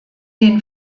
den